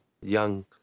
young